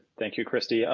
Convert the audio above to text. thank you, christy,